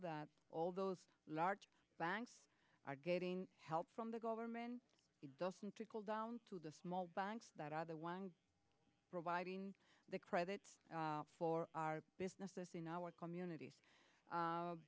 that all those large banks are getting help from the government it doesn't trickle down to the small banks that are the ones providing the credit for our businesses in our communities